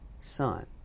Son